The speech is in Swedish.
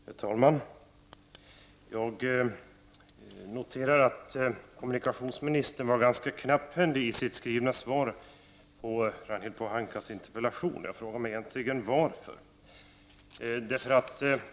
Herr talman! Jag noterar att kommunikationsministerns svar till Ragnhild Pohanka var ganska knapphändigt, och jag undrar varför.